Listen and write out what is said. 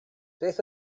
beth